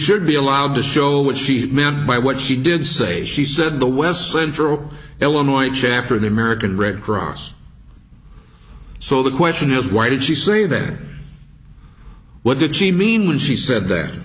should be allowed to show what she meant by what she did say she said the west central illinois chapter of the american red cross so the question is why did she say then what did she mean when she said that